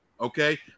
okay